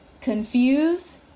confuse